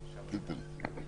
וחנייתו.